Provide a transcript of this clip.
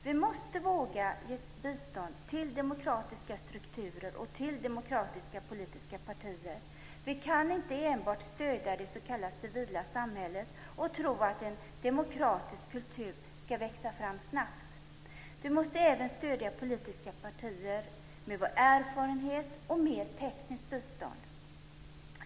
Vi måste våga ge bistånd till demokratiska strukturer och till demokratiska politiska partier. Vi kan inte enbart stödja det s.k. civila samhället och tro att en demokratisk kultur ska växa fram snabbt. Vi måste även stödja politiska partier med vår erfarenhet och mer tekniskt bistånd.